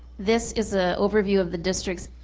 this is a overview of the district's